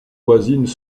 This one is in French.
voisines